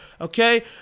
okay